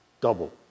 double